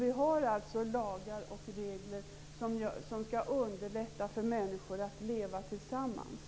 Vi har lagar och regler som skall underlätta för människor att leva tillsammans.